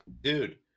Dude